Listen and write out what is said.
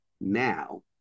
now